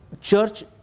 Church